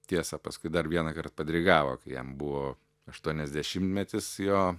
tiesa paskui dar vienąkart padirigavo kai jam buvo aštuoniasdešimtmetis jo